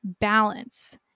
balance